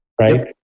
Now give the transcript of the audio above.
right